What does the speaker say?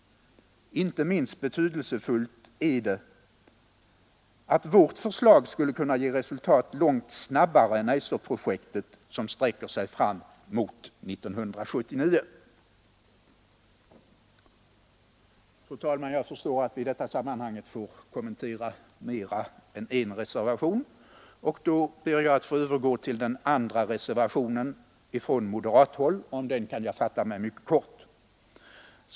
Inte minst betydelsefullt är det att vårt förslag skulle kunna ge resultat långt snabbare än Eiser-projektet, som sträcker sig fram mot 1979. Fru talman! Jag förstår att vi i detta sammanhang får kommentera mer än en reservation, och då ber jag att få övergå till den andra reservationen från moderat håll. Om den kan jag fatta mig mycket kort.